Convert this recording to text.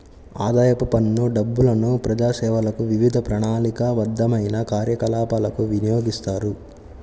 ఆదాయపు పన్ను డబ్బులను ప్రజాసేవలకు, వివిధ ప్రణాళికాబద్ధమైన కార్యకలాపాలకు వినియోగిస్తారు